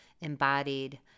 embodied